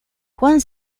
juan